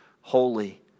holy